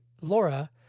Laura